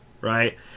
right